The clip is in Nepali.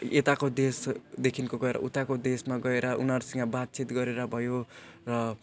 यताको देशदेखिको गएर उताको देशमा गएर उनीहरूसँग बातचित गरेर भयो र